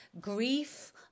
grief